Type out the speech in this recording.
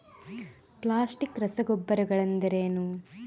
Plastic ರಸಗೊಬ್ಬರಗಳೆಂದರೇನು?